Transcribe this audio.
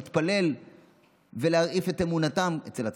להתפלל ולהרעיף את אמונתם אצל הצדיק.